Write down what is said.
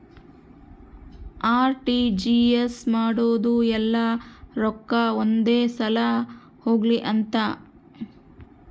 RTGS ಮಾಡೋದು ಯೆಲ್ಲ ರೊಕ್ಕ ಒಂದೆ ಸಲ ಹೊಗ್ಲಿ ಅಂತ